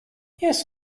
yes